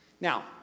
Now